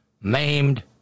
maimed